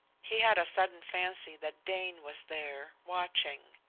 he had a sudden fancy that dane was there, watching.